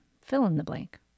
fill-in-the-blank